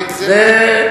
זה גזלה.